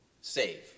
save